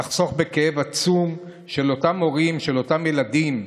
נחסוך בכאב עצום של אותם הורים, של אותם ילדים,